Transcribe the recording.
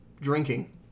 drinking